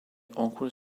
awkward